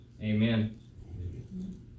amen